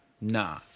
Nah